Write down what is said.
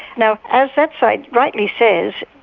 now, as that side rightly says,